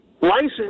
license